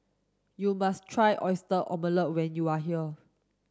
you must try oyster omelette when you are here